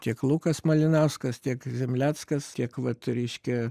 tiek lukas malinauskas tiek zemleckas tiek vat reiškia